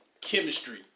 chemistry